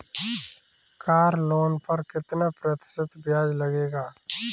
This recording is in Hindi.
कार लोन पर कितना प्रतिशत ब्याज लगेगा?